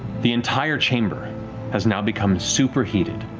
the entire chamber has now become super heated.